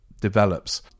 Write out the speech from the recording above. develops